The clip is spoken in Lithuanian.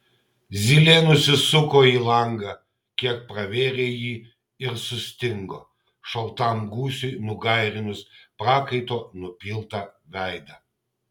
zylė nusisuko į langą kiek pravėrė jį ir sustingo šaltam gūsiui nugairinus prakaito nupiltą veidą